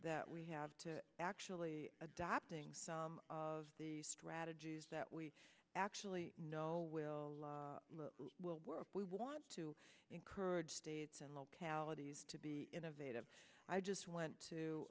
that we have to actually adopting some of the strategies that we actually know will work we want to encourage states and localities to be innovative i just went to